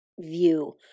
view